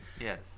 yes